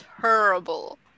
terrible